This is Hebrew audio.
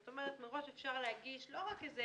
זאת אומרת שמראש אפשר להגיד לא איזה